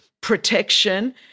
protection